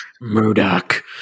Murdoch